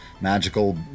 magical